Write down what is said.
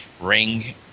Ring